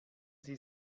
sie